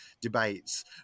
debates